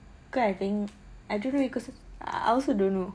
because I think I also don't know